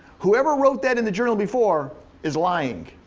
whoever wrote that in the journal before is lying.